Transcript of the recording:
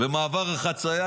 במעבר החציה,